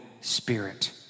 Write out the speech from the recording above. Spirit